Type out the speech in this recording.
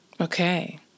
Okay